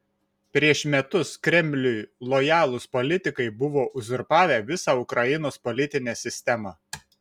prieš metus kremliui lojalūs politikai buvo uzurpavę visą ukrainos politinę sistemą